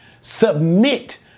submit